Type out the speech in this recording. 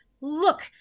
look